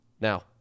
Now